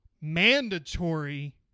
mandatory